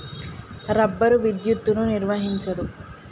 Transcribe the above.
rubber విద్యుత్తును నిర్వహించదు